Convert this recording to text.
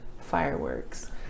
fireworks